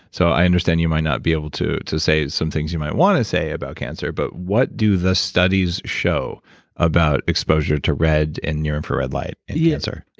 so i understand you might not be able to to say some things you might want to say about cancer, but what do the studies show about exposure to red and near infrared light and yeah cancer?